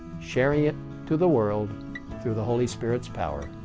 sharing it to the world through the holy spirit's power.